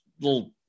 little